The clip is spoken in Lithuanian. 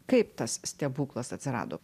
kaip tas stebuklas atsirado